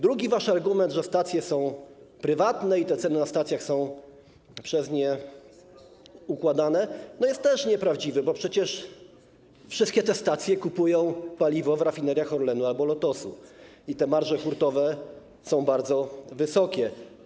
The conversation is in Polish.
Drugi wasz argument, że stacje są prywatne i ceny na stacjach są przez nie ustalane, jest też nieprawdziwy, bo przecież wszystkie te stacje kupują paliwo w rafineriach Orlenu albo Lotosu i te marże hurtowe są bardzo wysokie.